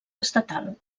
estatal